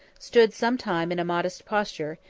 stood some time in a modest posture,